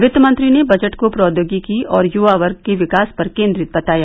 वित्तमंत्री ने बजट को प्रौद्योगिकी और युवा वर्ग के विकास पर केंद्रित बताया